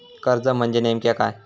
कर्ज म्हणजे नेमक्या काय?